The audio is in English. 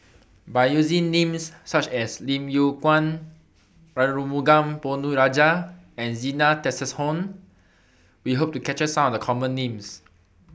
By using Names such as Lim Yew Kuan Arumugam Ponnu Rajah and Zena Tessensohn We Hope to capture Some of The Common Names